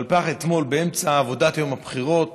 אבל ככה אתמול, באמצע עבודת יום הבחירות